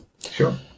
sure